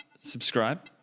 subscribe